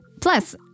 Plus